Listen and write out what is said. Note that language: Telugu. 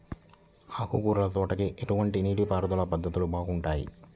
ఆకుకూరల తోటలకి ఎటువంటి నీటిపారుదల పద్ధతులు బాగుంటాయ్?